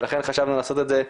ולכן חשבנו לעשות את זה,